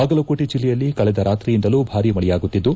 ಬಾಗಲಕೋಟೆ ಜಿಲ್ಲೆಯಲ್ಲಿ ಕಳೆದ ರಾತ್ರಿಯಿಂದಲೂ ಭಾರೀ ಮಳೆಯಾಗುತ್ತಿದ್ದು